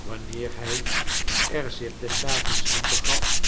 wanneer hij er zich des avonds heen begaf